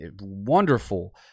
wonderful